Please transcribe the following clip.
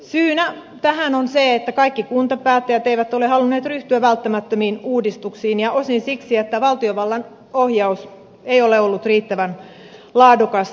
syynä tähän on se että kaikki kuntapäättäjät eivät ole halunneet ryhtyä välttämättömiin uudistuksiin ja osin siksi että valtiovallan ohjaus ei ole ollut riittävän laadukasta